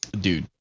Dude